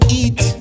eat